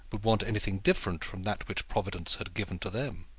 would want anything different from that which providence had given to them.